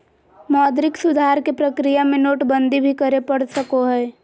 मौद्रिक सुधार के प्रक्रिया में नोटबंदी भी करे पड़ सको हय